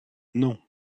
non